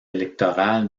électorales